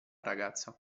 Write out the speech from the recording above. ragazza